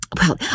Well